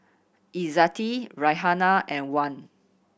Izzati Raihana and Wan